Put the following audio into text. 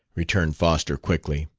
returned foster quickly.